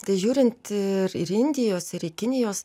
tai žiūrint ir ir indijos ir į kinijos